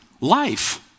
life